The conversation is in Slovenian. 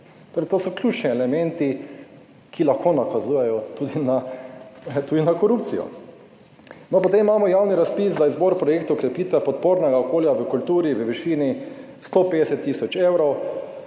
to so ključni elementi, ki lahko nakazujejo tudi na, tudi na korupcijo. Potem imamo javni razpis za izbor projektov krepitve podpornega okolja v kulturi v višini 150 tisoč evrov,